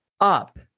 up